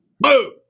Boom